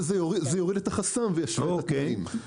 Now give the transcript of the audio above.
זה יוריד את החסם וישווה את התנאים.